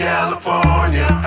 California